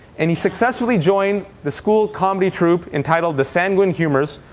and he successfully joined the school comedy troupe entitled the sanguine humours,